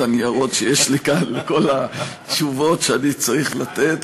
הניירות שיש לי כאן לכל התשובות שאני צריך לתת,